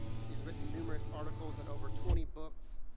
she has written numerous articles and over twenty books,